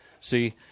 See